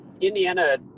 Indiana